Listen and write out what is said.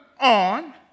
on